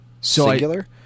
Singular